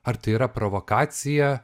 ar tai yra provokacija